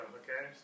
okay